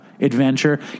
adventure